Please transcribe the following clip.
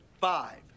five